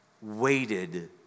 waited